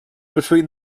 between